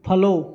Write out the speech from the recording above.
follow